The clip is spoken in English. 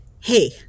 Hey